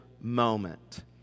moment